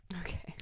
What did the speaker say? Okay